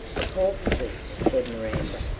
the porpoises, said miranda.